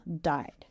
died